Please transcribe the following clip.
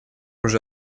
уже